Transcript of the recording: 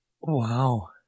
wow